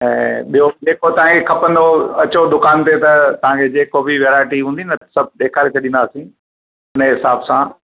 ऐं ॿियो जेको तव्हां खे खपंदो अचो दुकान ते त तव्हां खे जेको बि वेराएटी हूंदी न त सभु ॾेखारे छॾींदासीं उन जे हिसाब सां